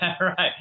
right